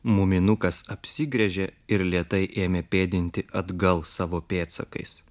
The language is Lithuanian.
muminukas apsigręžė ir lėtai ėmė pėdinti atgal savo pėdsakais